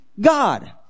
God